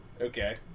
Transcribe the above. Okay